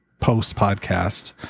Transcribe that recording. post-podcast